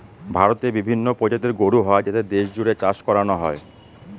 ভারতে বিভিন্ন প্রজাতির গরু হয় যাদের দেশ জুড়ে চাষ করানো হয়